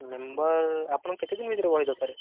member ଆପଣଙ୍କୁ କେତେ ଦିନ ଭିତରେ ବହି ଦରକାର